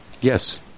Yes